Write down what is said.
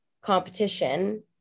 competition